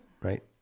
right